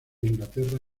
inglaterra